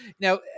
Now